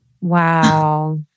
Wow